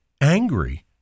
angry